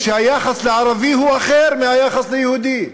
רואים שהיחס לערבי הוא אחר מהיחס ליהודי.